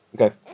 Okay